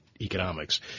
economics